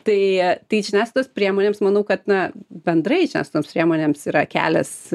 tai tai žiniasklaidos priemonėms manau kad na bendrai čia su toms priemonėms yra kelias